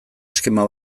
eskema